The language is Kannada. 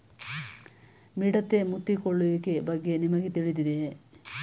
ಮಿಡತೆ ಮುತ್ತಿಕೊಳ್ಳುವಿಕೆಯ ಬಗ್ಗೆ ನಿಮಗೆ ತಿಳಿದಿದೆಯೇ?